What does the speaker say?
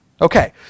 Okay